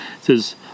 says